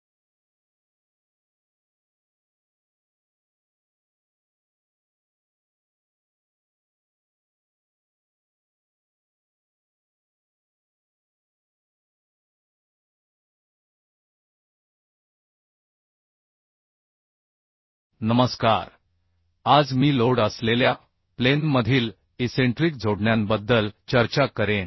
नमस्कार आज मी लोड असलेल्या प्लेनमधील इसेंट्रिक जोडण्यांबद्दल चर्चा करेन